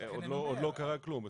עוד לא קרה כלום.